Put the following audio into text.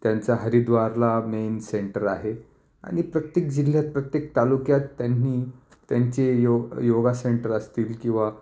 त्यांचा हरिद्वारला main centre आहे आणि प्रत्येक जिल्ह्यात प्रत्येक तालुक्यात त्यांनी त्यांचे योग योगा सेंटर असतील किंवा